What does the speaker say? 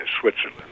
Switzerland